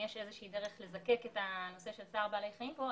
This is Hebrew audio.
יש דרך לזקק את נושא צער בעלי חיים פה,